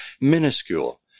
minuscule